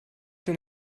denn